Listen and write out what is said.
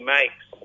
makes